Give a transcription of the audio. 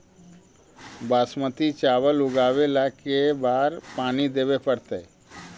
बासमती चावल उगावेला के बार पानी देवे पड़तै?